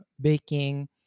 baking